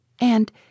And